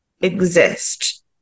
exist